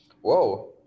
Whoa